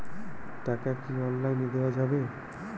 টাকা কি অনলাইনে দেওয়া যাবে?